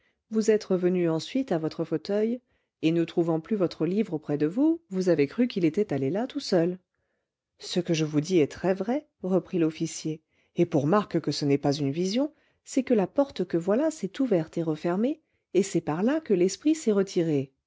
vous êtes revenu ensuite à votre fauteuil et ne trouvant plus votre livre auprès de vous vous avez cru qu'il était allé là tout seul ce que je vous dis est très-vrai reprit l'officier et pour marque que ce n'est pas une vision c'est que la porte que voilà s'est ouverte et refermée et c'est par-là que l'esprit s'est retiré